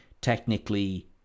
Technically